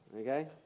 okay